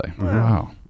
wow